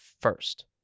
first